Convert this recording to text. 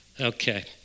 Okay